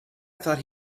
thought